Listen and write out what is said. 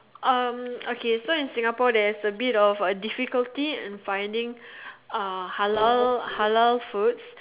um okay so in Singapore there's a bit of difficulty in finding uh halal halal food